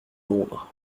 londres